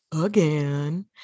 again